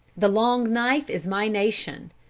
the long knife is my nation.